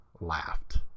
laughed